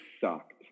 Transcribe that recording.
sucked